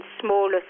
smaller